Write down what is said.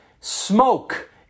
smoke